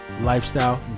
lifestyle